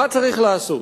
מה צריך לעשות?